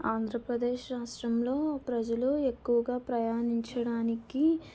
ఆంధ్రప్రదేశ్ రాష్ట్రంలో ప్రజలు ఎక్కువగా ప్రయాణించడానికి